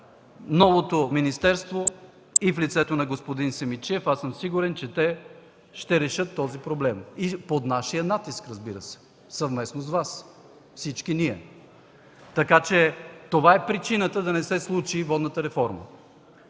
новото министерство и в лицето на господин Симидчиев, аз съм сигурен, че те ще решат този проблем и под нашия натиск, разбира се, съвместно с Вас – всички ние. Така че това е причината да не се случи водната реформа.